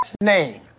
name